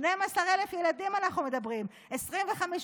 אנחנו מדברים על 12,000 ילדים,